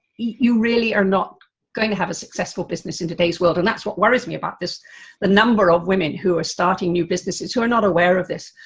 you really are not going to have a successful business in today's world, and that's what worries me about this the number of women, who are starting new businesses, who are not aware of this.